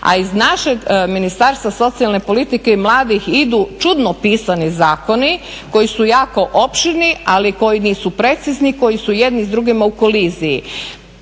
a iz našeg Ministarstva socijalne politike i mladih idu čudno pisani zakoni koji su jako opširni ali koji nisu precizni, koji su jedni s drugima u koliziji.